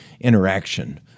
interaction